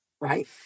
right